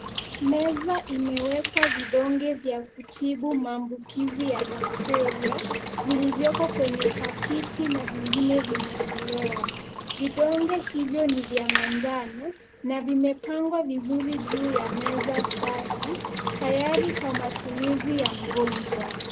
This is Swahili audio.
Meza imewekwa vidonge vya kutibu maambukizi ya bakteria vilivyoko kwenye pakiti na vingine vimetolewa. Vidonge hivyo ni vya manjano, na vimepangwa vizuri juu ya meza safi tayari kwa matumizi ya mgonjwa.